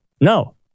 No